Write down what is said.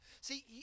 See